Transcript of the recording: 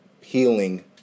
healing